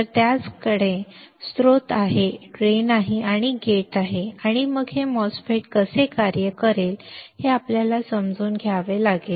तर त्याच्याकडे स्त्रोत आहे ड्रेन आहे आणि गेट आहे आणि मग हे MOSFET कसे कार्य करेल हे आपल्याला समजून घ्यावे लागेल